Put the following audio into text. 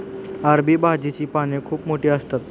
अरबी भाजीची पाने खूप मोठी असतात